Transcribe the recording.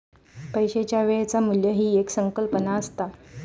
पैशाच्या वेळेचा मू्ल्य ही एक संकल्पना असता